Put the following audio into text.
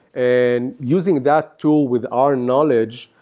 and using that tool with our knowledge,